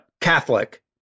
Catholic